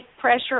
pressure